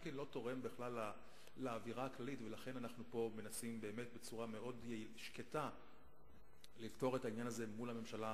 קרע ביחסים האלה ואנחנו פשוט מנסים להקהות אותו כי הדבר לא נוח לנו.